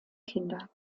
kinder